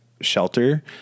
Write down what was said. shelter